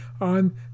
on